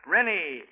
Rennie